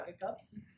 hiccups